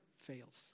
fails